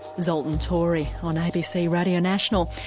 zoltan torey, on abc radio national.